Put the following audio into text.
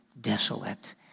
desolate